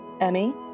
Emmy